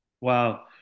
wow